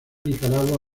nicaragua